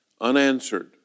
unanswered